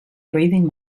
breathing